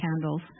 candles